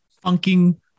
Funking